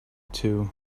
too